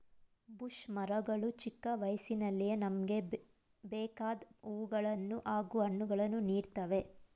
bush ಮರಗಳು ಚಿಕ್ಕ ವಯಸ್ಸಿನಲ್ಲಿಯೇ ನಮ್ಗೆ ಬೇಕಾದ್ ಹೂವುಗಳನ್ನು ಹಾಗೂ ಹಣ್ಣುಗಳನ್ನು ನೀಡ್ತವೆ